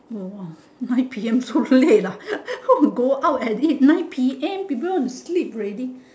oh ah nine P_M so late lah how to go out at nine P_M people want to sleep already